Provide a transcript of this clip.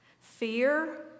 fear